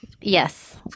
Yes